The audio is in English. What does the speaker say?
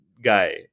guy